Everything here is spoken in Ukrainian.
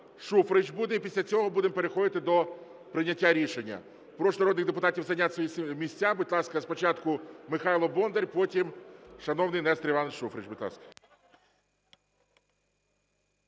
Шуфрич буде. І після цього будемо переходити до прийняття рішення. Прошу народних депутатів зайняти свої місця. Будь ласка, спочатку Михайло Бондар, потім шановний Нестор Іванович Шуфрич. Будь ласка.